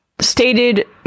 stated